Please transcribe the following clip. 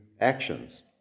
actions